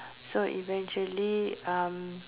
so eventually uh